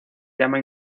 llama